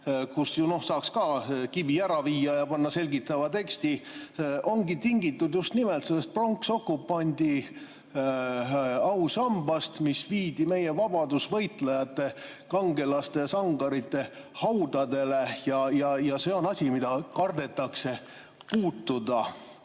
kui saaks ka kivi ära viia ja panna juurde selgitava teksti, ongi tingitud just nimelt sellest pronksokupandi ausambast, mis viidi meie vabadusvõitlejate, kangelaste, sangarite haudadele. See on asi, mida kardetakse puutuda.